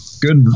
good